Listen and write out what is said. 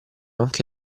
anche